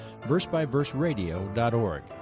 versebyverseradio.org